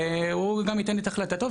והוא גם ייתן את החלטתו.